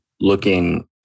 looking